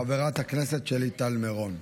חברת הכנסת שלי טל מירון.